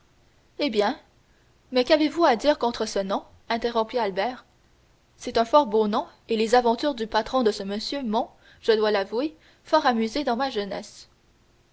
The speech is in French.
eh bien mais qu'avez-vous à dire contre ce nom interrompit albert c'est un fort beau nom et les aventures du patron de ce monsieur m'ont je dois l'avouer fort amusé dans ma jeunesse